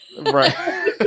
Right